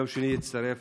ביום שני הצטרף